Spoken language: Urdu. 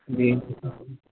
جی